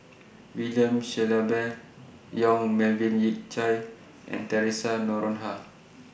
William Shellabear Yong Melvin Yik Chye and Theresa Noronha